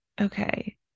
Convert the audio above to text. okay